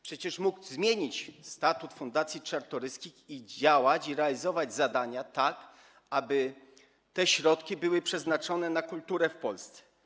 Przecież mógł zmienić statut fundacji Czartoryskich i działać, i realizować zadania tak, aby te środki były przeznaczone na kulturę w Polsce.